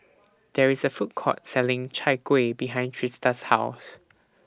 There IS A Food Court Selling Chai Kuih behind Trista's House